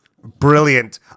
Brilliant